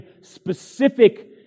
specific